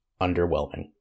underwhelming